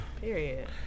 Period